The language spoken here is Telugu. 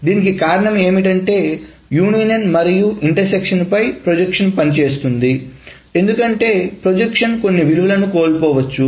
దీనికి కారణం ఏమిటంటే యూనియన్ మరియు ఇంటర్ సెక్షన్ పై ప్రొజెక్షన్ పనిచేస్తుంది ఎందుకంటే ప్రొజెక్షన్ కొన్ని విలువలను కోల్పోవచ్చు